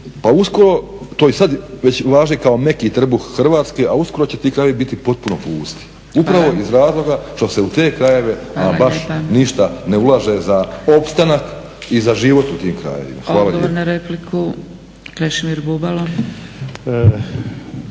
Pa uskoro, to i sad već važi kao meki trbuh Hrvatske, a uskoro će ti krajevi biti potpuno pusti upravo iz razloga što se u te krajeve ama baš ništa ne ulaže za opstanak i za život u tim krajevima. Hvala